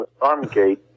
Armgate